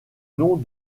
nom